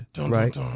right